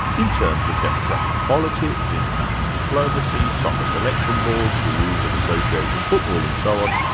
in terms of democratic politics, international diplomacy, soccer selection boards, the rules of association football and so on.